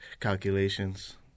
calculations